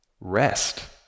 rest